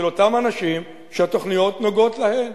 של אותם אנשים שהתוכניות נוגעות להם.